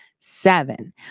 seven